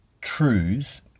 truths